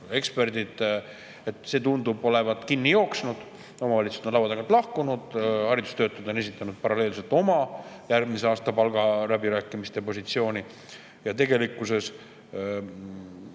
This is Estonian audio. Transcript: eksperdid, see tundub olevat kinni jooksnud, omavalitsused on laua tagant lahkunud, haridustöötajad on esitanud paralleelselt oma järgmise aasta palgaläbirääkimiste positsiooni. Tegelikkuses